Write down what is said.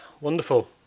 wonderful